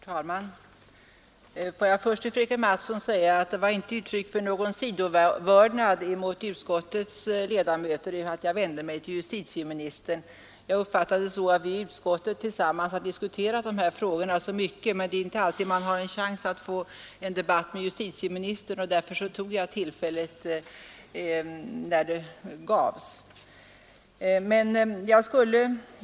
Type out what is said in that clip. Herr talman! Låt mig först säga till fröken Mattson att det inte var uttryck för någon sidovördnad mot utskottets ledamöter att jag vände mig till justitieministern. Jag uppfattade det så att vi har i utskottet tillsammans diskuterat de här frågorna mycket medan man däremot inte alltid har chans att få en debatt med justitieministern. Därför tog jag tillfället i akt när det gavs.